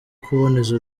kuboneza